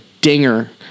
dinger